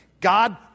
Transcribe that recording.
God